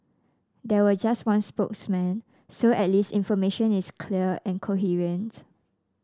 there were just one spokesman so at least information is clear and coherent